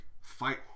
fight